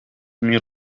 mil